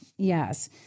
Yes